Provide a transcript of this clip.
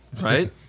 Right